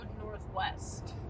Northwest